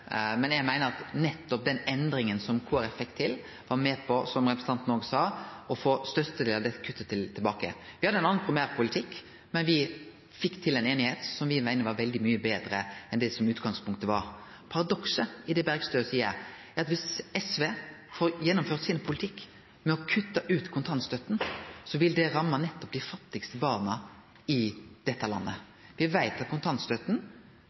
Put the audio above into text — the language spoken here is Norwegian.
men eg meiner at nettopp den endringa som Kristelig Folkeparti fekk til, var med på, som representanten Bergstø òg sa, å få avverga største delen av dette kuttet. Me hadde ein annan primærpolitikk, men me fekk til ei einigheit som me meiner var veldig mykje betre enn det som var utgangspunktet. Paradokset i det Bergstø seier, er at dersom SV får gjennomført politikken sin med å kutte ut kontantstøtta, vil det ramme nettopp dei fattigaste barna i dette landet. Me veit at kontantstøtta